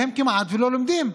והם כמעט לא לומדים.